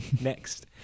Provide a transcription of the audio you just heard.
Next